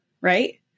right